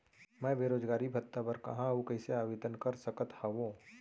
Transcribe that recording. मैं बेरोजगारी भत्ता बर कहाँ अऊ कइसे आवेदन कर सकत हओं?